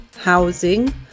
housing